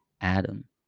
Adam